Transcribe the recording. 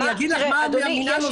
אני אגיד לך מה המינהל עושה.